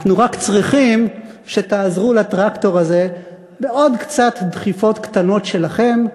אנחנו רק צריכים שתעזרו לטרקטור הזה בעוד קצת דחיפות קטנות שלכם,